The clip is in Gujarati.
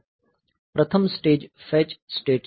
પ્રથમ સ્ટેજ ફેચ સ્ટેટ છે